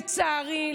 לצערי,